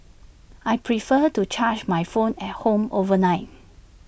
I prefer to charge my phone at home overnight